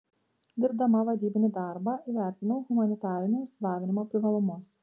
dirbdama vadybinį darbą įvertinau humanitarinio išsilavinimo privalumus